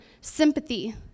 sympathy